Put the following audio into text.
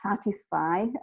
satisfy